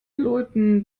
leuten